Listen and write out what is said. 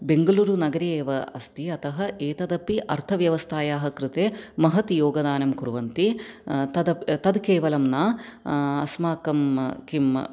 बेङ्गलूरुनगरे एव अस्ति अतः एतदपि अर्थव्यवस्थायाः कृते महत् योगदानं कुर्वन्ति तद तत् केवलं न अस्माकं किम्